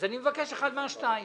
אני מבקש אחת משתיים: